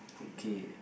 okay